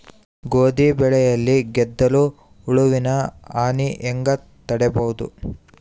ಗೋಧಿ ಬೆಳೆಯಲ್ಲಿ ಗೆದ್ದಲು ಹುಳುವಿನ ಹಾನಿ ಹೆಂಗ ತಡೆಬಹುದು?